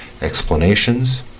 explanations